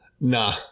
nah